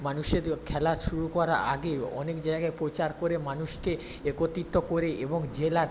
মানুষের খেলা শুরু করার আগে অনেক জায়গায় প্রচার করে মানুষকে একত্রিত করে এবং জেলার